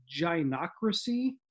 gynocracy